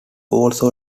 also